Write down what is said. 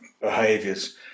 behaviors